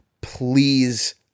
please